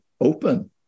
open